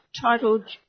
titled